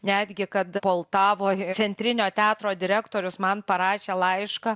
netgi kad poltavoj centrinio teatro direktorius man parašė laišką